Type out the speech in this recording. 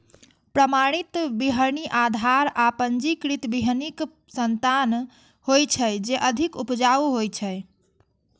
प्रमाणित बीहनि आधार आ पंजीकृत बीहनिक संतान होइ छै, जे अधिक उपजाऊ होइ छै